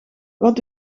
wat